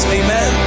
amen